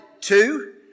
two